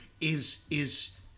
is—is